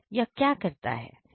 यह क्या करता है